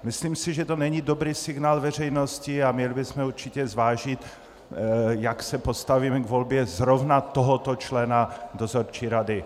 Myslím si, že, to není dobrý signál veřejnosti a měli bychom určitě zvážit, jak se postavíme k volbě zrovna tohoto člena dozorčí rady.